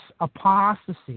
apostasy